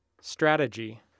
Strategy